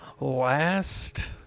last